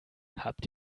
habt